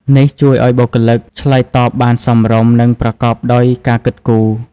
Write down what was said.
នេះជួយឱ្យបុគ្គលិកឆ្លើយតបបានសមរម្យ និងប្រកបដោយការគិតគូរ។